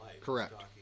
Correct